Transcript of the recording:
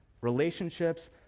relationships